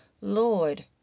Lord